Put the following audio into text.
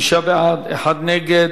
חמישה בעד, אחד נגד.